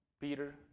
Peter